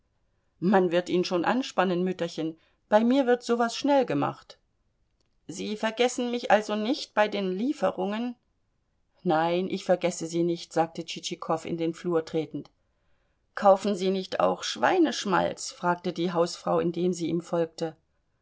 man wird ihn schon anspannen mütterchen bei mir wird so was schnell gemacht sie vergessen mich also nicht bei den lieferungen nein ich vergesse sie nicht sagte tschitschikow in den flur tretend kaufen sie nicht auch schweineschmalz fragte die hausfrau indem sie ihm folgte